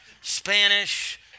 Spanish